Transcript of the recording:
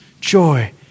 joy